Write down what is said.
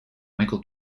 michael